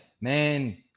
man